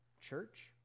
church